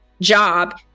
job